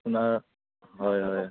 আপোনাক হয় হয়